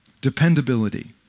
dependability